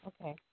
Okay